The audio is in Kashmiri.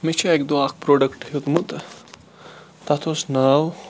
مےٚ چھُ اَکہِ دۄہ اکھ پروڈَکٹ ہیوٚتمُت تتھ اوس ناو